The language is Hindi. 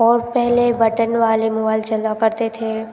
और पहले बटन वाले मोबाइल चला करते थे